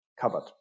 covered